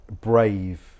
brave